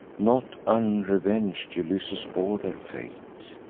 not unreveng'd ulysses bore their fate,